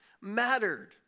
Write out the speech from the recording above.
mattered